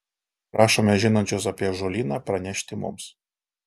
prašome žinančius apie ąžuolyną pranešti mums